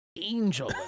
angel